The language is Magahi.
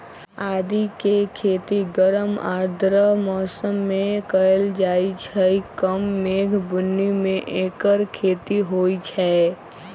आदिके खेती गरम आर्द्र मौसम में कएल जाइ छइ कम मेघ बून्नी में ऐकर खेती होई छै